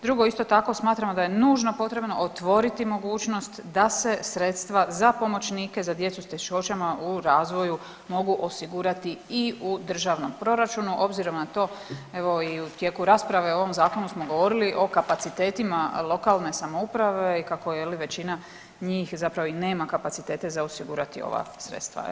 Drugo, isto tako smatramo da je nužno potrebno otvoriti mogućnost da se sredstva za pomoćnike za djecu s teškoćama u razvoju mogu osigurati i u državnom proračunu obzirom na to nego i u tijeku rasprave o ovom zakonu smo govorili o kapacitetima lokalne samouprave kako je li većina njih zapravo i nema kapacitete za osigurati ova sredstva.